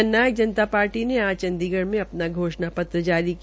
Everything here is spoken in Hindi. जन नायक जनता पार्टी ने आज चंडीगढ़ में अपना घोषणा पत्र जारी किया